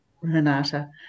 renata